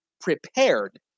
prepared